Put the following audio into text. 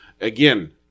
again